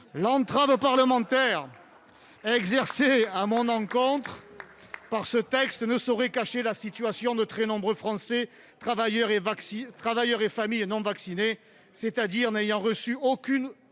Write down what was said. mandat parlementaire exercée à mon encontre par ce texte ne saurait cacher la situation de très nombreux Français, travailleurs et familles, non vaccinés, c'est-à-dire n'ayant reçu aucune,